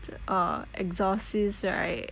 th~ err exorcist right